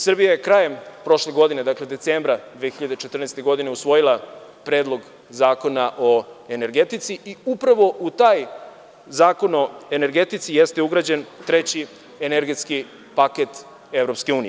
Srbija je krajem prošle godine, dakle, decembra 2014. godine usvojila Predlog Zakona o energetici, i upravo u taj Zakon o energetici jeste ugrađen treći energetski paket EU.